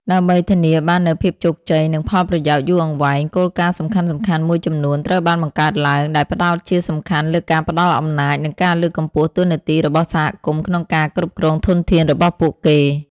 ដើម្បីធានាបាននូវភាពជោគជ័យ និងផលប្រយោជន៍យូរអង្វែង គោលការណ៍សំខាន់ៗមួយចំនួនត្រូវបានបង្កើតឡើង ដែលផ្ដោតជាសំខាន់លើការផ្ដល់អំណាច និងការលើកកម្ពស់តួនាទីរបស់សហគមន៍ក្នុងការគ្រប់គ្រងធនធានរបស់ពួកគេ។